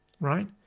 right